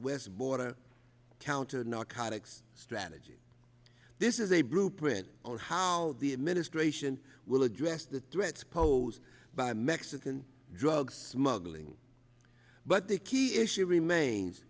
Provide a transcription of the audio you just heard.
southwest border counternarcotics strategy this is a blueprint on how the administration will address the threats posed by mexican drug smuggling but the key issue remains